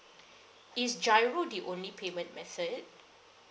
is giro the only payment method